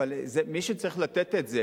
אבל מי שצריך לתת את זה,